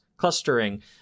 Clustering